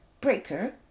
Breaker